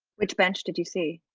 which bench did you see?